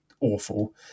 awful